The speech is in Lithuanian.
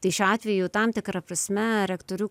tai šiuo atveju tam tikra prasme rektorių